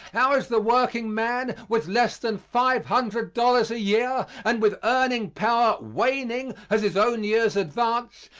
how is the workingman with less than five hundred dollars a year, and with earning power waning as his own years advance,